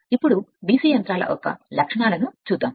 ఇప్పుడు DC యంత్రాల యొక్క లక్షణం